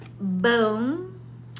boom